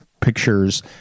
pictures